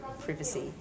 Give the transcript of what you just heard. privacy